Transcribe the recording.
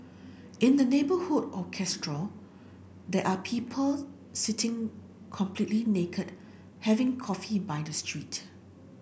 in the neighbourhood of Castro there are people sitting completely naked having coffee by the street